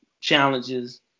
challenges